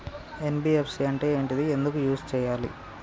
NBFC అంటే ఏంటిది ఎందుకు యూజ్ చేయాలి?